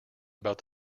about